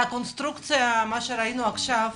הקונסטרוקציה, ממה שראינו עכשיו